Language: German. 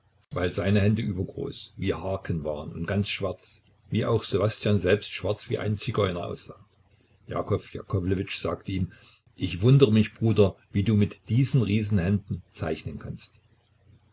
weil seine hände übergroß wie harken waren und ganz schwarz wie auch ssewastjan selbst schwarz wie ein zigeuner aussah jakow jakowlewitsch sagte ihm ich wundere mich bruder wie du mit diesen riesenhänden zeichnen kannst